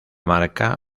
marca